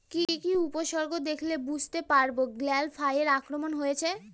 কি কি উপসর্গ দেখলে বুঝতে পারব গ্যাল ফ্লাইয়ের আক্রমণ হয়েছে?